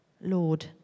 Lord